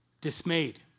dismayed